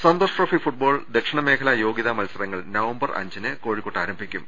Santosh Trophy football ദക്ഷിണമേഖലാ യോഗ്യതാ മത്സ രങ്ങൾ നവംബർ അഞ്ചിന് കോഴിക്കോട്ട് ആരംഭിക്കും